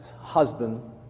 husband